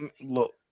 look